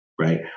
Right